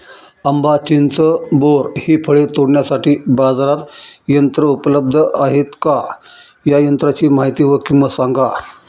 आंबा, चिंच, बोर हि फळे तोडण्यासाठी बाजारात यंत्र उपलब्ध आहेत का? या यंत्रांची माहिती व किंमत सांगा?